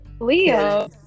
Leo